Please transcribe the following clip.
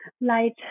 light